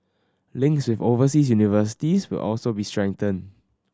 links with overseas universities will also be strengthened